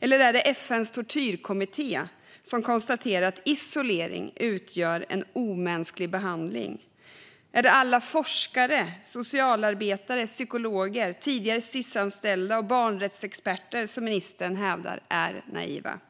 Eller är det FN:s tortyrkommitté, som konstaterar att isolering utgör en omänsklig behandling, som är naiva? Är det alla forskare, socialarbetare, psykologer, tidigare Sis-anställda och barnrättsexperter som ministern hävdar är naiva?